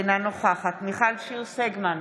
אינה נוכחת מיכל שיר סגמן,